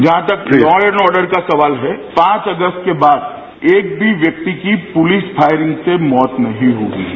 जहां तक law and order का सवाल है पांच अगस्त के बाद एक भी व्यक्ति की पुलिस फायरिंग से मौत नहीं हुई है